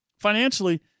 Financially